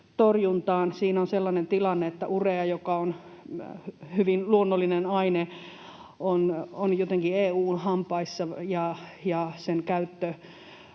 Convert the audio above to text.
torjuntaan. Siinä on sellainen tilanne, että urea, joka on hyvin luonnollinen aine, on jotenkin EU:n hampaissa. Sen käyttöoikeus